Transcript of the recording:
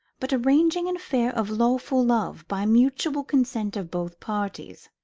but arranging an affair of lawful love by mutual consent of both parties.